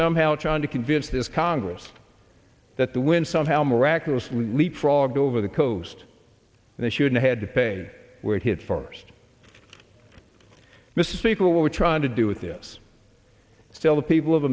somehow trying to convince this congress that the wind somehow miraculously leapfrog over the coast and they shouldn't had to pay where it hit first the sequel what we're trying to do with this sale the people of